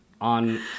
on